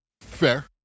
Fair